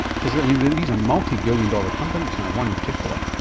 because these are multibillion dollar companies now, one in particular.